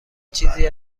چیزی